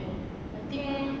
I think